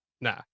Nah